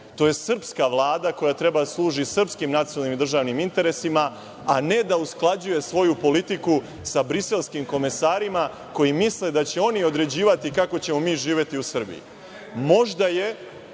To je srpska Vlada koja treba da služi srpskim nacionalnim državnim interesima, a ne da usklađuje svoju politiku sa briselskim komesarima koji misle da će oni određivati kako ćemo mi živeti u Srbiji. Možda je